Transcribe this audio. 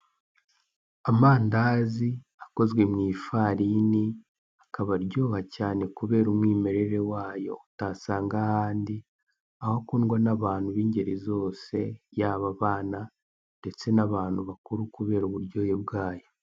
Amandazi akoze mu ifarine akaba aryoha cyane kubera umwimerere wayo, utasanga ahandi, aho akundwa n'abantu b'ingeri zose yaba abana ndetse n'abantu bakuru kubera uburyohe bwayo.